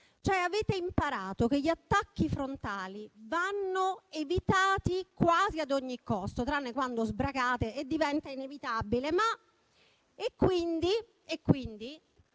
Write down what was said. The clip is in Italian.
Avete cioè imparato che gli attacchi frontali vanno evitati quasi ad ogni costo, tranne quando sbracate e diventa inevitabile;